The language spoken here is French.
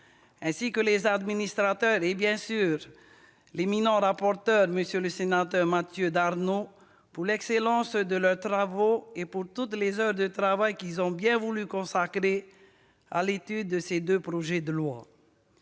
ainsi que les administrateurs, et bien sûr notre éminent rapporteur, Mathieu Darnaud, de l'excellence de leurs travaux et de toutes les heures de travail qu'ils ont bien voulu consacrer à l'étude de ces deux projets de loi.